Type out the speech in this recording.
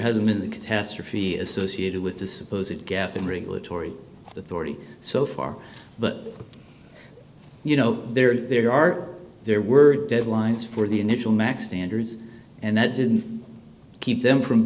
hasn't been the catastrophe associated with the supposed gap in regulatory authority so far but you know there are there are there were deadlines for the initial max standards and that didn't keep them from